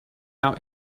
out